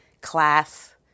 class